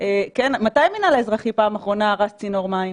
וחתיכת מתי המינהל האזרחי פעם האחרונה הרס צינור מים?